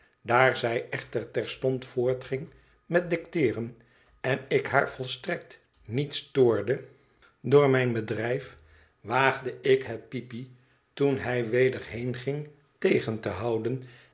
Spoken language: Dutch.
daar zij echter terstond voortging met dicteeren en ik haar volstrekt niet stoorde door mijn bedrijf waagde ik het peepy toen hij weder heenging tegen te houden